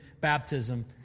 baptism